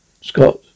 Scott